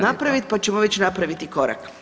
napraviti pa ćemo već napraviti korak.